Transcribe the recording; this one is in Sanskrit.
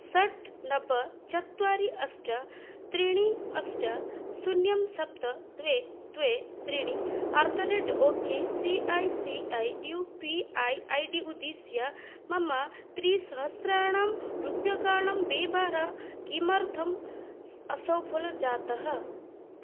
षट् नव चत्वारि अष्ट त्रीणि अष्ट शून्यं सप्त द्वे द्वे त्रीणि at the rate okay C I C I U P I I D उद्दिश्य मम त्रिसहस्राणां रूप्यकाणां व्यवहारः किमर्थम् असफलः जातः